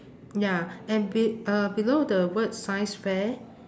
ya and be~ uh below the words science fair